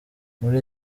muri